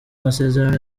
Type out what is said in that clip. masezerano